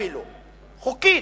אפילו חוקית,